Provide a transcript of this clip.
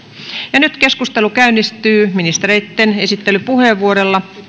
nyt keskustelu käynnistyy ministereitten esittelypuheenvuoroilla